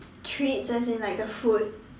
treats as in like the food